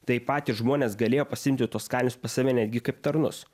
tai patys žmonės galėjo pasiimti tuos kalinius pas save netgi kaip tarnus